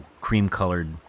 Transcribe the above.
cream-colored